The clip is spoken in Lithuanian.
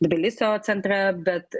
tbilisio centre bet